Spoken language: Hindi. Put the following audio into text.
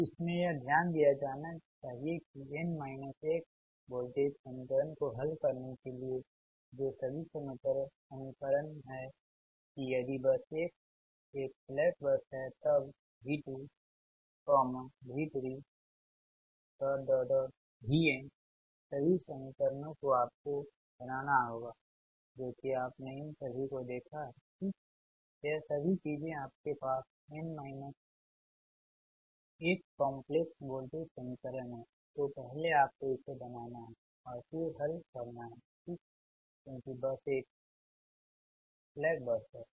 तो इसमें यह ध्यान दिया जाना चाहिए कि n माइनस 1 वोल्टेज समीकरण को हल करने के लिए हैं जो सभी समीकरण हैं कि यदि बस 1 एक स्लैक बस है तब V2V3Vnसभी समीकरणों को आपको बनाना होगा जो कि आपने इन सभी को देखा है ठीक यह सभी चीजें आपके पास कॉम्प्लेक्स वोल्टेज समीकरण है तो पहले आपको इसे बनाना है और फिर हल करना हैं ठीक क्योंकि बस एक स्लैक बस है